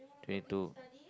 twenty two